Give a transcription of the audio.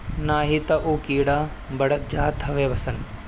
नाही तअ उ कीड़ा बढ़त जात हवे सन